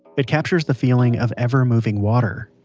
it captures the feeling of ever-moving water